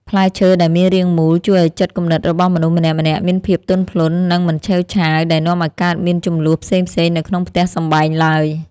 ផ្លែឈើដែលមានរាងមូលជួយឱ្យចិត្តគំនិតរបស់មនុស្សម្នាក់ៗមានភាពទន់ភ្លន់ និង មិនឆេវឆាវដែលនាំឱ្យកើតមានជម្លោះផ្សេងៗនៅក្នុងផ្ទះសម្បែងឡើយ។